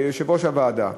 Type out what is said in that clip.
כיושב-ראש הוועדה,